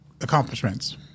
accomplishments